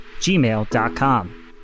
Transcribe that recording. gmail.com